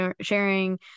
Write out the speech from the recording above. sharing